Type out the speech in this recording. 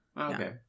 Okay